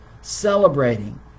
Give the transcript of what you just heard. celebrating